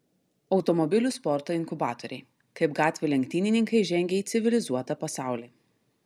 automobilių sporto inkubatoriai kaip gatvių lenktynininkai žengia į civilizuotą pasaulį